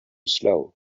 slow